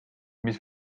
mis